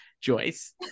Joyce